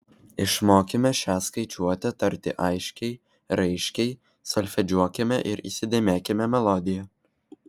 išmokime šią skaičiuotę tarti aiškiai raiškiai solfedžiuokime ir įsidėmėkime melodiją